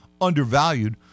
undervalued